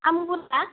आंगुरा